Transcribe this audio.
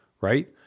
right